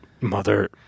Mother